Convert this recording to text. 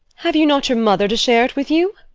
have you not your mother to share it with you?